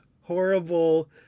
horrible